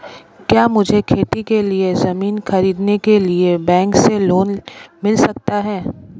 क्या मुझे खेती के लिए ज़मीन खरीदने के लिए बैंक से लोन मिल सकता है?